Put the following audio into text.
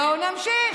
בואו נמשיך.